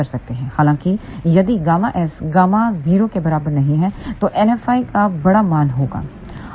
हालाँकि यदिΓS Γ0 के बराबर नहीं है तो NFi का बड़ा मान होगा